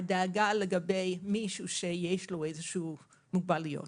הדאגה לגבי מישהו שיש לו איזושהי מוגבלות.